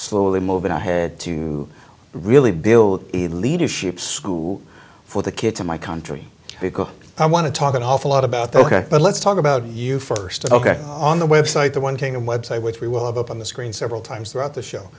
slowly moving ahead to really build a leadership school for the kids of my country because i want to talk an awful lot about the ok but let's talk about you first ok on the website the one thing website which we will have up on the screen several times throughout the show